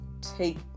take